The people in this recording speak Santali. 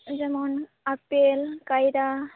ᱡᱮᱢᱚᱱ ᱟᱯᱮᱞ ᱠᱟᱭᱨᱟ